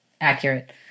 accurate